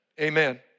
Amen